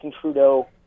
Trudeau